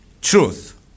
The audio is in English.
truth